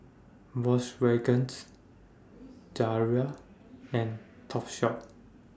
Volkswagen's Zalia and Topshop